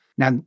Now